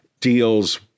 deals